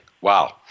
Wow